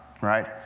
right